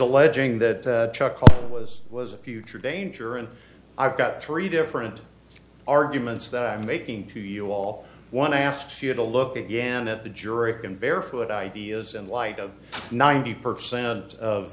alleging that chuck was was a future danger and i've got three different arguments that i'm making to you all one asks you to look again at the jury in barefoot ideas in light of ninety percent of